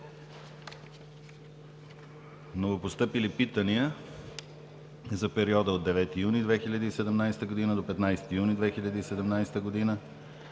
Новопостъпили питания за периода от 9 юни 2017 г. до 15 юни 2017 г.